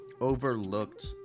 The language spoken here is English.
overlooked